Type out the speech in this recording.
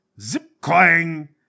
zip-clang